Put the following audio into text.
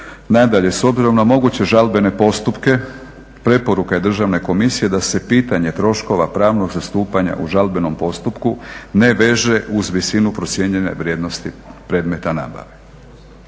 "Nadalje, s obzirom na moguće žalbene postupke preporuka je Državne komisije da se pitanje troškova pravnog zastupanja u žalbenom postupku ne veže uz visinu procijenjene vrijednosti predmeta nabave."